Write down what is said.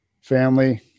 Family